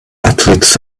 athletes